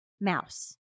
mouse